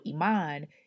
Iman